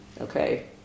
Okay